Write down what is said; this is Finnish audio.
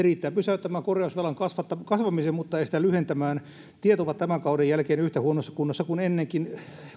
riittää pysäyttämään korjausvelan kasvamisen mutta ei sitä lyhentämään tiet ovat tämän kauden jälkeen yhtä huonossa kunnossa kuin ennenkin